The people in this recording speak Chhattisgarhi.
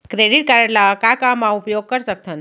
क्रेडिट कारड ला का का मा उपयोग कर सकथन?